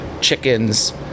chickens